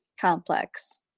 complex